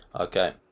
Okay